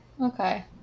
okay